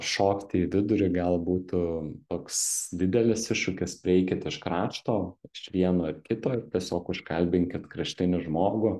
šokti į vidurį gal būtų toks didelis iššūkis prieikit iš krašto iš vieno ar kito ir tiesiog užkalbinkit kraštinį žmogų